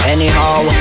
Anyhow